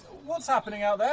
what's happening out there?